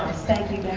thank you